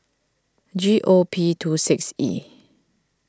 G O P two six E